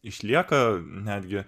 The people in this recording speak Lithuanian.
išlieka netgi